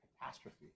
catastrophe